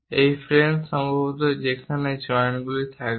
এই ফ্রেম সম্ভবত সেখানে জয়েন্টগুলোতে থাকবে